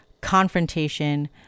confrontation